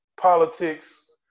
politics